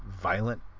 violent